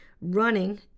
running